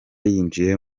yinjiye